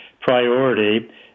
priority